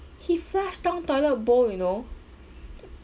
he flushed down toilet bowl you know